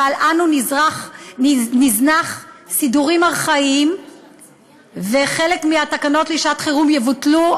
אנו נזנח סידורים ארכאיים וחלק מהתקנות לשעת-חירום יבוטלו.